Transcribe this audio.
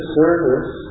service